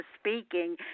speaking